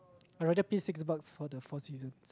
I rather pay six bucks for the four season